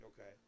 okay